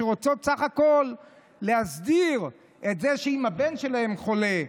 שרוצות בסך הכול להסדיר את זה שאם הבן שלהן חולה,